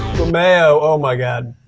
mayo, oh my god.